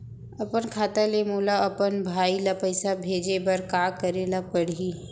अपन खाता ले मोला अपन भाई ल पइसा भेजे बर का करे ल परही?